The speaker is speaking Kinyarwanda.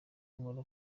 nkora